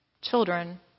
children